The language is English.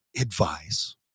advice